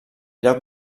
lloc